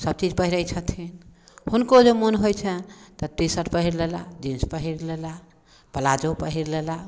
सभचीज पहिरै छथिन हुनको जे मोन होइ छनि तऽ टी शर्ट पहिर लेलाह जिंस पहिर लेलाह पलाजो पहिर लेलाह